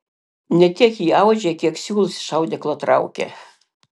ne tiek ji audžia kiek siūlus iš audeklo traukia